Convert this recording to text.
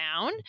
down